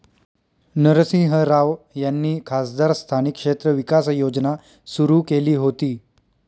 नरसिंह राव यांनी खासदार स्थानिक क्षेत्र विकास योजना सुरू केली होती